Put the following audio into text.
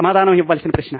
సమాధానం ఇవ్వవలసిన ప్రశ్న